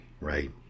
right